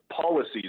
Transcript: policies